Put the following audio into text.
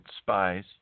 spies